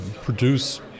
produce